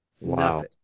Wow